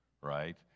right